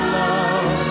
love